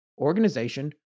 organization